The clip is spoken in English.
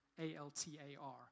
A-L-T-A-R